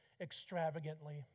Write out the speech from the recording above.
extravagantly